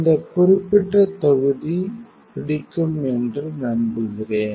இந்த குறிப்பிட்ட தொகுதி பிடிக்கும் என்று நம்புகிறேன்